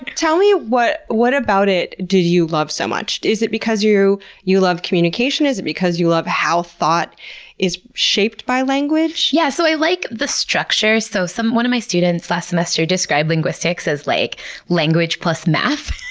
tell me what what about it did you love so much? is it because you you love communication? is it because you love how thought is shaped by language? yeah, so i like the structure. so one of my students last semester described linguistics as like language plus math.